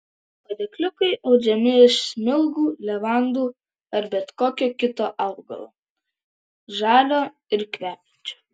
padėkliukai audžiami iš smilgų levandų ar bet kokio kito augalo žalio ir kvepiančio